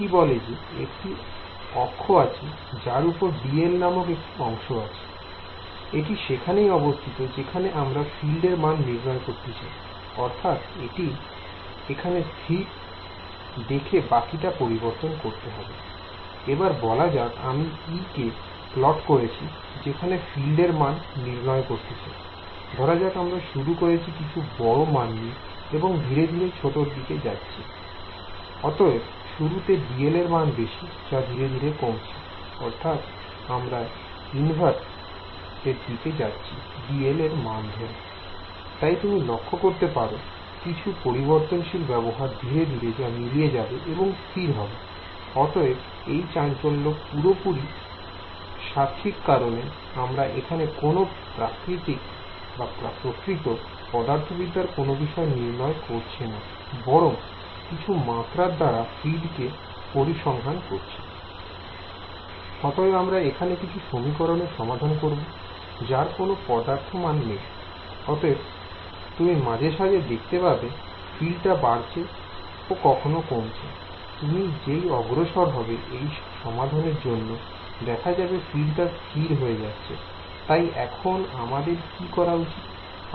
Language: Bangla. এটি বলে যে একটি অক্ষ আছে যার উপর dl নামক একটি অংশ আছে I এটি সেখানেই অবস্থিত যেখানে আমরা ফিল্ডের মান নির্ণয় করতে চাই I অর্থাৎ এটি এখানে স্থির দেখে বাকিটা পরিবর্তন করতে হয় I এবার বলা যাক আমি E কে প্লট করছি যেখানে ফিল্ডের মান নির্ণয় করতে চাই I ধরা যাক আমরা শুরু করছি কিছু বড় মান নিয়ে এবং ধীরে ধীরে ছোটোর দিকে যাচ্ছি I অতএব শুরুতে dl এর মান বেশি যা ধীরে ধীরে কমছে I অর্থাৎ আমরা ইনভার্স এরদিকে যাচ্ছি dl মান ধরে I তাই তুমি লক্ষ করতে পারো কিছু পরিবর্তনশীল ব্যবহার ধীরে ধীরে যা মিলিয়ে যাবে এবং স্থির হবে I অতএব এই চাঞ্চল্য পুরোপুরি সাক্ষীক কারণ আমরা এখানে কোন প্রকৃত পদার্থবিদ্যার কোন বিষয় নির্ণয় করছে না বরং কিছু মাত্রার দাঁড়া ফিল্ড কে পরিসংখ্যান করছি I অতএব আমরা এখানে কিছু সমীকরণের সমাধান করব যার কোন পদার্থে মানে নেই I অতএব তুমি মাঝেসাজে দেখতে পাবে ফিল্ড টা বাড়ছে ও কখনও কমছে I তুমি যেই অগ্রসর হবে এর সমাধানের জন্য দেখা যাবে ফিল্ড তা স্থির হয়ে যাচ্ছে I তাই এখন আমাদের কি করা উচিত হবে